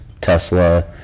Tesla